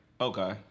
Okay